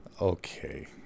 okay